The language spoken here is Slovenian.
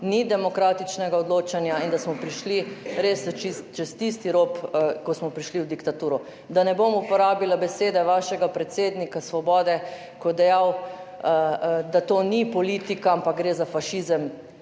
ni demokratičnega odločanja in da smo prišli res čez tisti rob, ko smo prišli v diktaturo, da ne bom uporabila besede vašega predsednika Svobode, ko je dejal, da to ni politika, ampak gre za fašizem,